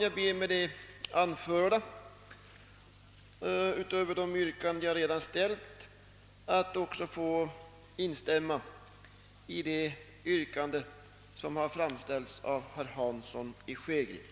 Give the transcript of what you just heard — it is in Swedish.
Jag ber att med det an förda, utöver de yrkanden jag redan ställt, också få instämma i de yrkanden som framställts av herr Hansson i Skegrie.